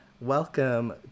welcome